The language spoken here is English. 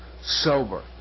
sober